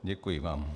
Děkuji vám.